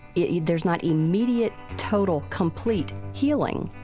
yeah there's not immediate total complete healing